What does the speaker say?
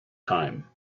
time